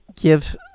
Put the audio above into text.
give